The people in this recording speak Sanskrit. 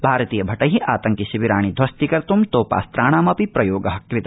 भारतीय भटै आतंकि शिविराणि ध्वस्तीकर्त् तोपास्त्राणामपि प्रयोग कृत